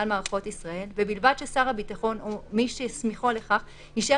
מערכות ישראל" ובלבד ששר הביטחון או מי שהסמיכו לכך אישר